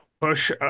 push